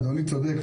אדוני צודק,